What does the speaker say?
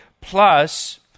plus